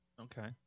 Okay